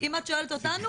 אם את שואלת אותנו,